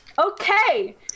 Okay